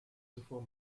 zuvor